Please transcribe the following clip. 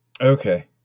Okay